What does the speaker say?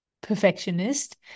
perfectionist